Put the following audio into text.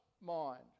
mind